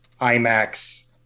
IMAX